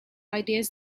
ideas